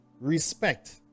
respect